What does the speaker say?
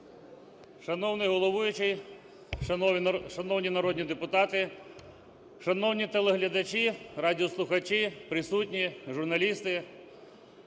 Шановний головуючий! Шановні народні депутати! Шановні телеглядачі, радіослухачі, присутні, журналісти!